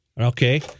Okay